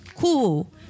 Cool